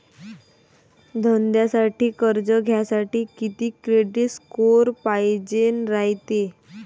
धंद्यासाठी कर्ज घ्यासाठी कितीक क्रेडिट स्कोर पायजेन रायते?